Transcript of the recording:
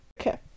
Okay